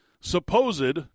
supposed